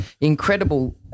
incredible